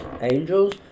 angels